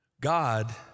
God